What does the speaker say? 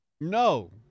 No